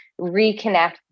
reconnect